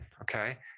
okay